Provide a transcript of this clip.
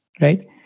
Right